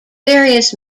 various